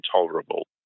intolerable